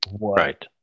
Right